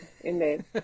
indeed